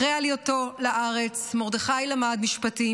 אחרי עלייתו לארץ למד מרדכי משפטים